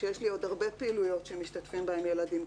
כשיש לי עוד הרבה פעילויות שמשתתפים בהם ילדים,